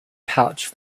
pouch